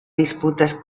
disputas